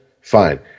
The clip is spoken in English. fine